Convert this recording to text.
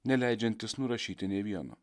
neleidžiantis nurašyti nė vieno